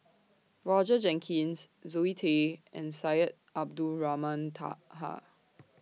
Roger Jenkins Zoe Tay and Syed Abdulrahman Taha